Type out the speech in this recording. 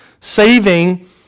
Saving